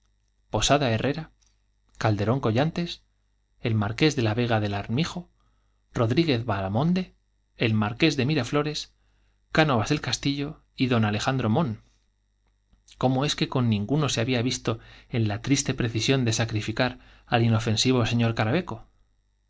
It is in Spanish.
posada herrera calderón collantes el marqués de la vega de armijo rodri de miraflores cánovas guez vaamonde el marqués del castillo y d mon cómo es que nin alejandro se había visto en la triste precisión de sacrificar guno al inofensivo sr caraveco